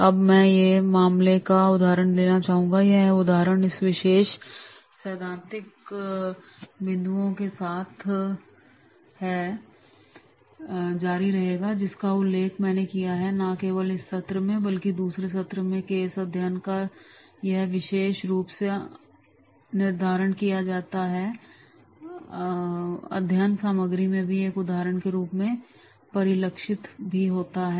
अब मैं एक मामले का उदाहरण लेना चाहूंगा और यह उदाहरण इस विशेष सैद्धांतिक बिंदु के साथ जारी रहेगा जिसका उल्लेख मैंने किया है और न केवल इस सत्र में बल्कि दूसरे सत्र में भी केस अध्ययन का यह विशेष रूप से निर्धारण जारी रहेगा और अध्ययन सामग्री में एक उदाहरण के रूप में परिलक्षित भी होता है